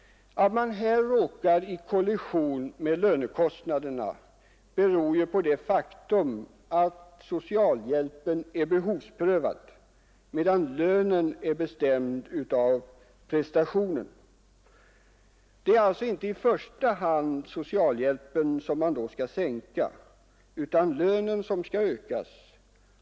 Att man därvid råkar i kollision med löneinkomsterna för andra familjer beror på det faktum att socialhjälpen är behovsprövad, medan lönen är bestämd av prestationen. Det är alltså inte i första hand socialhjälpen som skall sänkas, utan det är lönerna som skall ökas.